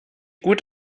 gut